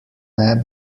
app